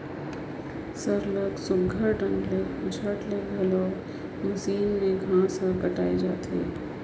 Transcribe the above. सरलग सुग्घर ढंग ले झट ले घलो मसीन में घांस हर कटाए जाथे